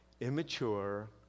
immature